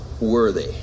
worthy